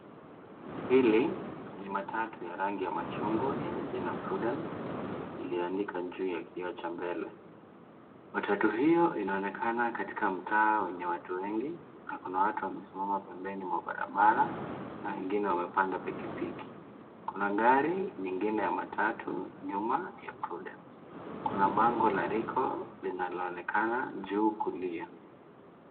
Hili ni matatu ya rangi ya machungwa yenye jina Prudence iliyoandikwa juu ya kioo cha mbele. Matatu hio inaonekana katika mtaa wenye watu wengi na kuna watu wamesimama pembeni mwa barabara na wengine wamepanda pikipiki. Kuna gari nyingine ya matatu nyuma ya Prudence . Kuna bango la riko linaloonekana juu kulia.